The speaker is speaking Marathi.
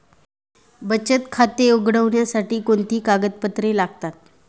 बचत खाते उघडण्यासाठी कोणती कागदपत्रे लागतात?